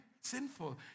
sinful